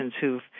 who've